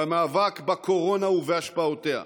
במאבק בקורונה ובהשפעותיה.